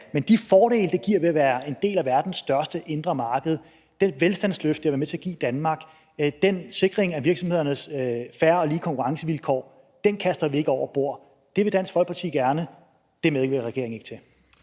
Men de fordele, det giver at være en del af verdens største indre marked, det velstandsløft, det har været med til at give Danmark, den sikring af virksomhedernes fair og lige konkurrencevilkår, kaster vi ikke over bord. Det vil Dansk Folkeparti gerne – det medvirker regeringen ikke til.